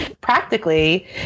practically